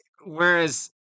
Whereas